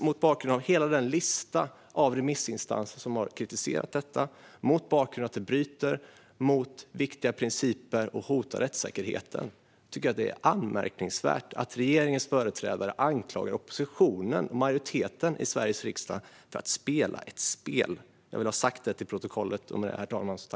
Mot bakgrund av hela den lista av remissinstanser som har kritiserat detta, att det bryter mot viktiga principer och hotar rättssäkerheten, är det anmärkningsvärt att regeringens företrädare anklagar oppositionen och majoriteten i Sveriges riksdag för att spela ett spel. Jag vill ha sagt det till protokollet.